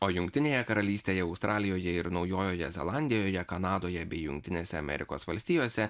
o jungtinėje karalystėje australijoje ir naujojoje zelandijoje kanadoje bei jungtinėse amerikos valstijose